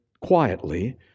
quietly